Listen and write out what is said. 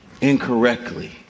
incorrectly